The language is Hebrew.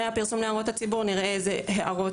אחרי הפרסום לציבור נראה איזה הערות